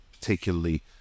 particularly